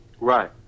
right